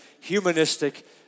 humanistic